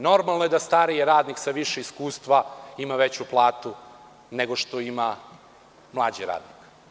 Normalno je da stariji radnik sa više iskustva ima veću platu, nego što ima mlađi radnik.